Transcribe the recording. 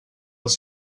els